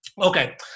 Okay